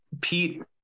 Pete